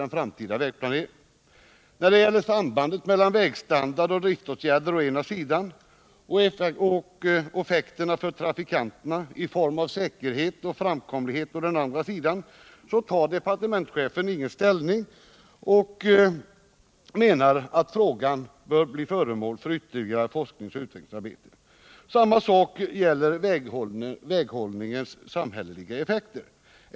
När det gäller sambandet mellan vägstandard och driftåtgärder å ena sidan och effekterna för trafikanterna i form av säkerhet och framkomlighet å andra sidan tar departementschefen ingen ställning utan menar att frågan bör bli föremål för ytterligare forskningsoch utvecklingsarbete. Samma sak gäller väghållningens samhälleliga effekter.